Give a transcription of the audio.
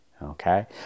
Okay